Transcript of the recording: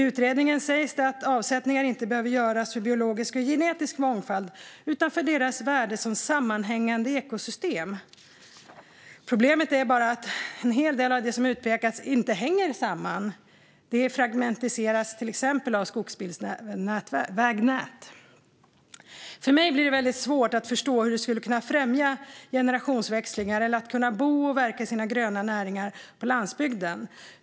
I utredningen sägs det att avsättningar inte behöver göras för biologisk och genetisk mångfald utan för deras värde som sammanhängande ekosystem. Problemet är bara att en hel del av det som utpekats inte hänger samman. Det fragmentiseras av till exempel skogsbilsvägnät. För mig blir det väldigt svårt att förstå hur det skulle kunna främja generationsväxlingar eller att man ska kunna bo och verka i sina gröna näringar på landsbygden.